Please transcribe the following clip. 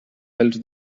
pèls